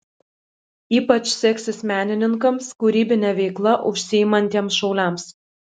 ypač seksis menininkams kūrybine veikla užsiimantiems šauliams